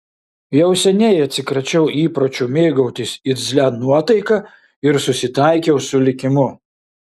jau seniai atsikračiau įpročio mėgautis irzlia nuotaika ir susitaikiau su likimu